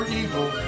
evil